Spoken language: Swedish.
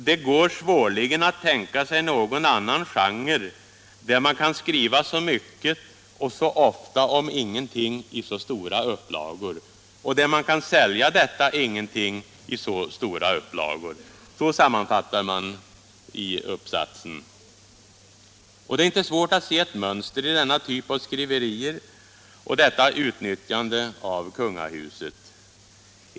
”Det går svårligen att tänka sig någon annan genre där man kan skriva så mycket och så ofta om ingenting i så stora upplagor. Och där man kan sälja detta ingenting i så stora upplagor”, sammanfattar man i uppsatsen. Det är inte svårt att se ett mönster i denna typ av skriverier och detta utnyttjande av kungahuset.